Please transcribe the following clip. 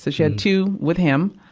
ah she had two with him.